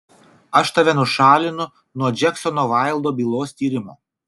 aš tave nušalinu nuo džeksono vaildo bylos tyrimo